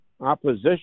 opposition